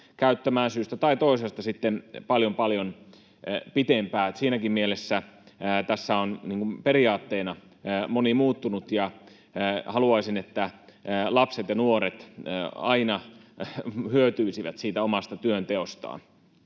käyttämään syystä tai toisesta paljon paljon pitempään. Siinäkin mielessä tässä on niin kuin periaatteena moni muuttunut, ja haluaisin, että lapset ja nuoret aina hyötyisivät siitä omasta työnteostaan.